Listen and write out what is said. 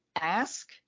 ask